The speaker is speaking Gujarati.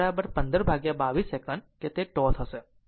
તેથી 5223 1522 સેકન્ડ કે τ છે